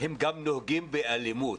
הם גם נוהגים באלימות.